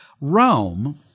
Rome